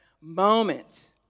moments